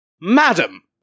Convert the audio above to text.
Madam